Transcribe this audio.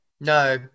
no